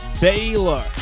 Baylor